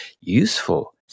useful